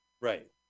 Right